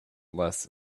less